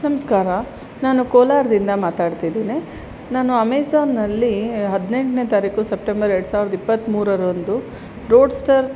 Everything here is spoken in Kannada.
ನಮಸ್ಕಾರ ನಾನು ಕೋಲಾರದಿಂದ ಮಾತಾಡ್ತಿದೀನಿ ನಾನು ಅಮೇಝಾನ್ನಲ್ಲಿ ಹದಿನೆಂಟನೇ ತಾರೀಕು ಸಪ್ಟೆಂಬರ್ ಎರಡು ಸಾವಿರದ ಇಪ್ಪತ್ತ್ಮೂರರಂದು ರೋಡ್ಸ್ಟರ್